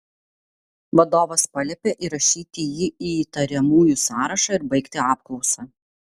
vadovas paliepė įrašyti jį į įtariamųjų sąrašą ir baigti apklausą